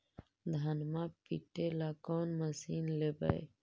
धनमा पिटेला कौन मशीन लैबै?